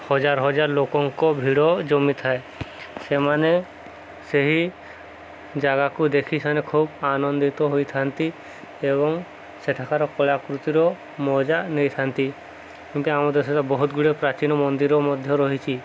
ହଜାର ହଜାର ଲୋକଙ୍କ ଭିଡ଼ ଜମିଥାଏ ସେମାନେ ସେହି ଜାଗାକୁ ଦେଖି ସେମାନେ ଖୁବ୍ ଆନନ୍ଦିତ ହୋଇଥାନ୍ତି ଏବଂ ସେଠାକାର କଳାକୃତିର ମଜା ନେଇଥାନ୍ତି କିନ୍ତୁ ଆମ ଦେଶରେ ବହୁତ ଗୁଡ଼ିଏ ପ୍ରାଚୀନ ମନ୍ଦିର ମଧ୍ୟ ରହିଛି